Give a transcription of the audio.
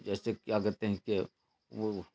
جیسے کیا کہتے ہیں کہ وہ